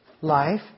life